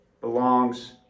belongs